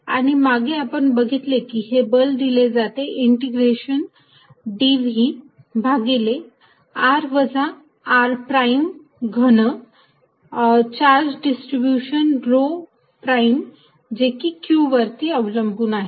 आणि मागे आपण बघितले की हे बल दिले जाते इंटिग्रेशन dv भागिले r वजा r प्राईम घन charge distribution rho r prime जे की q वरती लागू आहे